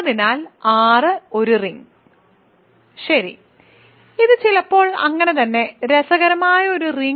അതിനാൽ R ഒരു ring രസകരമായ ഒരു റിങ്